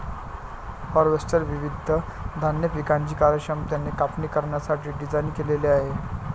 harvester विविध धान्य पिकांची कार्यक्षमतेने कापणी करण्यासाठी डिझाइन केलेले आहे